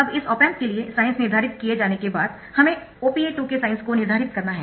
अब इस op amp के लिए साइन्स निर्धारित किए जाने के बाद हमें OPA 2 के साइन्स को निर्धारित करना है